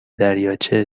دریاچه